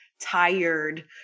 tired